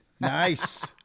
nice